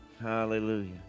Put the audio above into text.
Hallelujah